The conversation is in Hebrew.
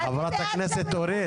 חברת הכנסת אורית,